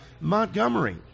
Montgomery